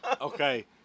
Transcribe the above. Okay